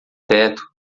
teto